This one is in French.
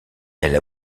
elle